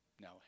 No